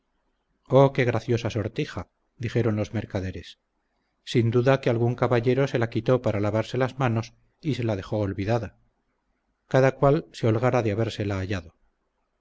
qué graciosa sortija dijeron los mercaderes sin duda que algún caballero se la quitó para lavarse las manos y se la dejó olvidada cada cual se holgara de habérsela hallado